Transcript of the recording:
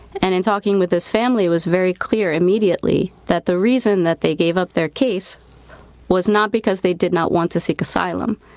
and in talking with this family, it was very clear immediately that the reason that they gave up their case was not because they did not want to seek asylum,